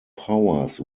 powers